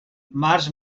març